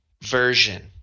version